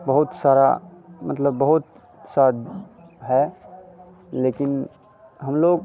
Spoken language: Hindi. बहुत सारा मतलब बहुत सा है लेकिन हम लोग